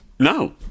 No